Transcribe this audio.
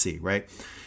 right